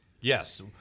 Yes